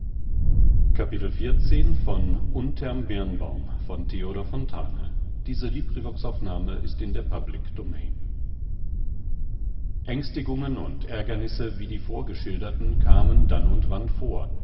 xiv ängstigungen und ärgernisse wie die vorgeschilderten kamen dann und wann vor